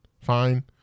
fine